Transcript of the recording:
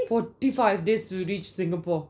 forty five days to reach singapore